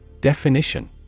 Definition